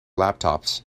laptops